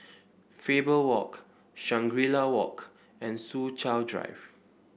Faber Walk Shangri La Walk and Soo Chow Drive